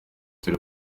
turi